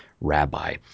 Rabbi